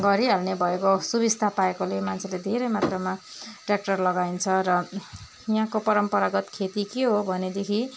गरिहाल्ने भएको सुबिस्ता पाएकोले मान्छेले धेरै मात्रामा ट्ररयाक्टर लगाइन्छ र यहाँको परम्परागत खेती के हो भनेदेखि